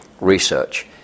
research